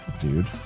dude